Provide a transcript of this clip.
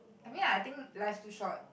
I mean I think life's too short